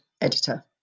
editor